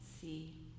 see